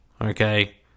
okay